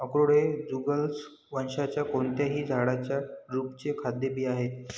अक्रोड हे जुगलन्स वंशाच्या कोणत्याही झाडाच्या ड्रुपचे खाद्य बिया आहेत